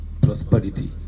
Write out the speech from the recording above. prosperity